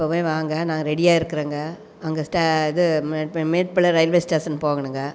இப்போவே வாங்க நான் ரெடியாருக்குறங்க அங்கே இது மேட்டுப்பாளையம் ரயில்வே ஸ்டேஷ்ன் போகம்ணுங்க